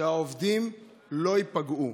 העובדים לא ייפגעו.